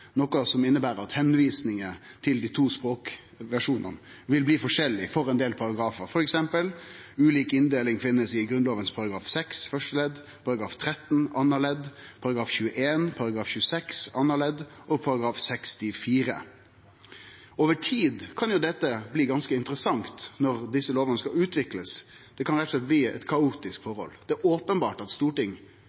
noko som inneber at tilvisingar til dei to språkversjonane vil bli forskjellige for ein del paragrafar. For eksempel finst ulik inndeling i Grunnlova § 6 første ledd, § 13 andre ledd, § 21, § 26 andre ledd og § 64. Over tid kan dette bli ganske interessant, når desse lovene skal utviklast. Det kan rett og slett bli eit kaotisk forhold. Det er openbert at